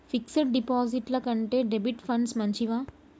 Fix డ్ డిపాజిట్ల కంటే డెబిట్ ఫండ్స్ మంచివా?